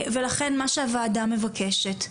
ולכן מה שהוועדה מבקשת,